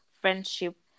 friendship